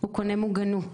הוא קונה מוגנות.